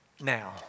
now